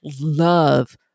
love